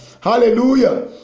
hallelujah